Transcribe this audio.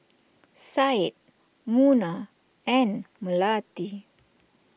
Syed Munah and Melati